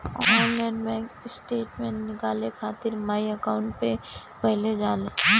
online bank statement निकाले खातिर my account पे पहिले जाए